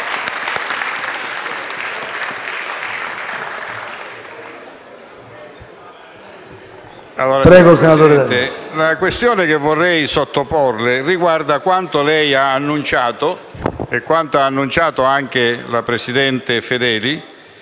la questione che vorrei sottoporre riguarda quanto lei ha annunciato e quanto ha annunciato la presidente Fedeli